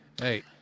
Hey